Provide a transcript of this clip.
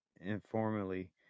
informally